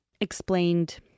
explained